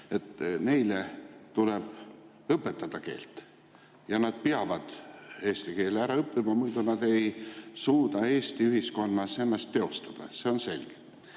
et neile tuleb õpetada keelt ja nad peavad eesti keele ära õppima, muidu nad ei suuda Eesti ühiskonnas ennast teostada. See on selge.